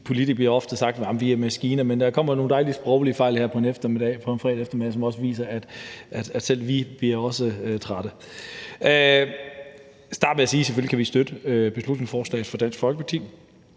for det bliver ofte sagt, at vi politikere er maskiner, men der kommer nogle dejlige sproglige fejl her på en fredag eftermiddag, som også viser, at selv vi også bliver trætte. Jeg vil starte med at sige, at selvfølgelig kan vi støtte beslutningsforslaget fra Dansk Folkeparti.